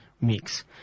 mix